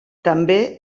també